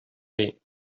fer